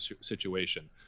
situation